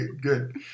good